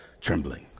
Trembling